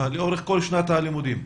לאורך כל שנת הלימודים.